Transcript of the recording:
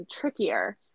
trickier